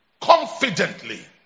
confidently